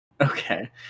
Okay